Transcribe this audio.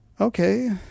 okay